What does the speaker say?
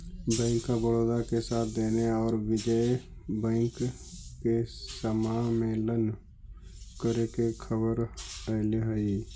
bank of Baroda के साथ देना औउर विजय बैंक के समामेलन करे के खबर अले हई